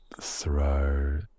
Throw